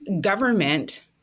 government